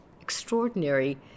extraordinary